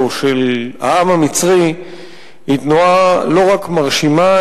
של העם המצרי היא תנועה לא רק מרשימה,